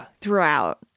throughout